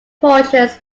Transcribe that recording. portions